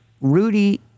Rudy